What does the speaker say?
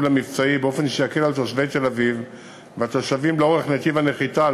המבצעי באופן שיקל על תושבי תל-אביב והתושבים לאורך נתיב הנחיתה על